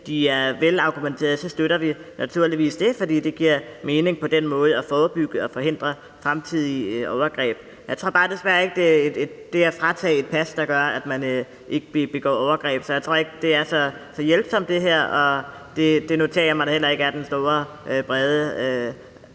velargumenterede, så støtter vi naturligvis det, fordi det giver mening på den måde at forebygge og forhindre fremtidige overgreb. Jeg tror bare desværre ikke, at det at fratage et pas gør, at man ikke begår overgreb. Så jeg tror ikke, det her er hjælpsomt, og det noterer jeg mig der heller ikke er den store, brede